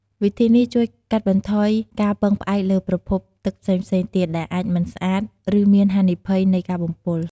វិធីនេះជួយកាត់បន្ថយការពឹងផ្អែកលើប្រភពទឹកផ្សេងៗទៀត ដែលអាចមិនស្អាត ឬមានហានិភ័យនៃការបំពុល។